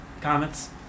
comments